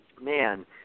man